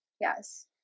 Yes